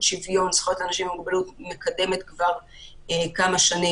שוויון זכויות לאנשים עם מוגבלות מקדמת כבר כמה שנים,